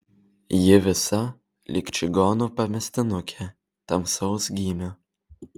ji visa lyg čigonų pamestinukė tamsaus gymio